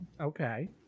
Okay